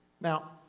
Now